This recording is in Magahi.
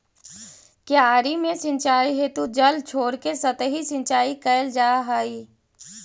क्यारी में सिंचाई हेतु जल छोड़के सतही सिंचाई कैल जा हइ